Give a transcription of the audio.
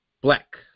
black